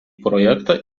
projektą